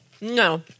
no